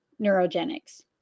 neurogenics